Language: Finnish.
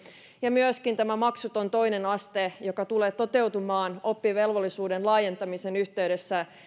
myöskin maksuton toinen aste joka tulee toteutumaan oppivelvollisuuden laajentamisen yhteydessä